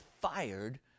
fired